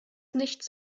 nichts